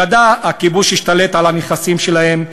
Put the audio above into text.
בגדה הכיבוש השתלט על הנכסים שלהם,